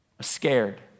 scared